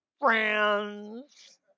friends